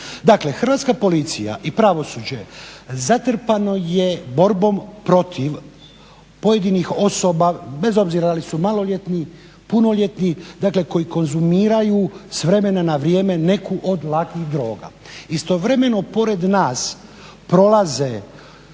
Hrvatska policija i pravosuđe zatrpano je borbom protiv pojedinih osoba, bez obzira da li su maloljetni, punoljetni, dakle koji konzumiraju s vremena na vrijeme neku od lakih droga. Istovremeno pored nas prolaze